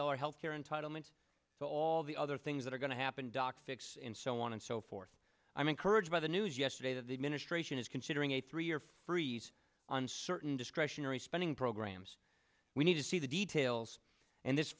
dollar health care entitlement to all the other things that are going to happen doc fix and so on and so forth i'm encouraged by the news yesterday that the administration is considering a three year freeze on certain discretionary spending programs we need to see the details and this